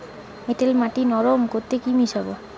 এঁটেল মাটি নরম করতে কি মিশাব?